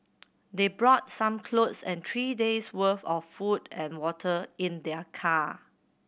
they brought some clothes and three days worth of food and water in their car